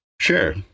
Sure